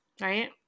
right